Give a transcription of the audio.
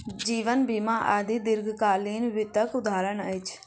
जीवन बीमा आदि दीर्घकालीन वित्तक उदहारण अछि